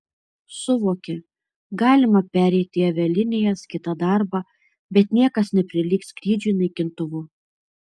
suvokia galima pereiti į avialinijas kitą darbą bet niekas neprilygs skrydžiui naikintuvu